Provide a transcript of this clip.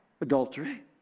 adultery